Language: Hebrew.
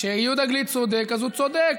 כשיהודה גליק צודק אז הוא צודק.